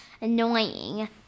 annoying